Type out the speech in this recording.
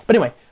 but anyway,